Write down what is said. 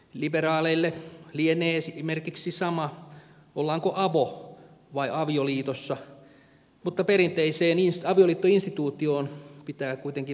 liberaaleille lienee esimerkiksi sama ollaanko avo vai avioliitossa mutta perinteiseen avioliittoinstituutioon pitää kuitenkin väen väkisin kajota